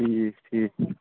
ٹھیٖک ٹھیٖک